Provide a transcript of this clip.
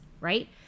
right